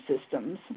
systems